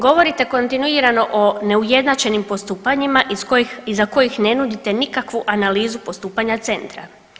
Govorite kontinuirano o neujednačenim postupanjima iza kojih ne nudite nikakvu analizu postupanja centra.